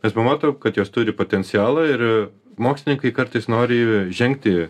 mes pamatom kad jos turi potencialą ir mokslininkai kartais nori žengti